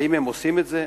האם הם עושים את זה,